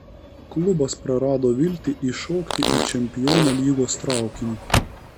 klubas prarado viltį įšokti į čempionų lygos traukinį